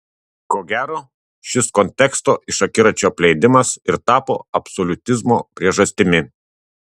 ko gero šis konteksto iš akiračio apleidimas ir tapo absoliutizmo priežastimi